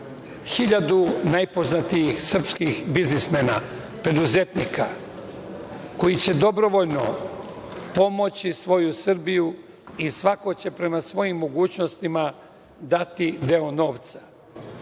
1.000 najpoznatijih srpskih biznismena, preduzetnika koji će dobrovoljno pomoći svoju Srbiju i svako će prema svojim mogućnostima dati deo novca.